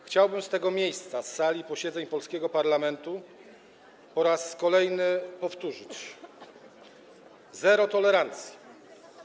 Chciałbym z tego miejsca, z sali posiedzeń polskiego parlamentu, po raz kolejny powtórzyć: Zero tolerancji.